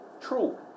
true